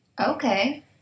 Okay